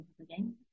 again